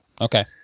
Okay